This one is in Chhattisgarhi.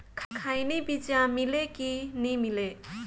खैनी बिजा मिले कि नी मिले?